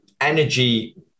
energy